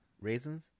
Raisins